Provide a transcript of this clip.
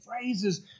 phrases